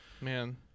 man